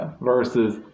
versus